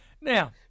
Now